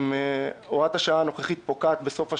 הוראת השעה הנוכחית פוקעת בסוף השנה.